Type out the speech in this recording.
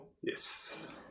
yes